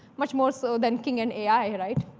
much more so than king and ai, right?